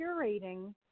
curating